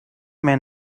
mehr